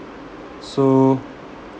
so